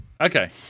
okay